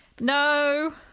No